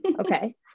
Okay